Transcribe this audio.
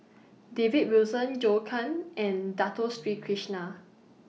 David Wilson Zhou Can and Dato Sri Krishna